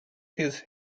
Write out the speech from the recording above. his